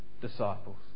disciples